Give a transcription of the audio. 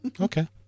Okay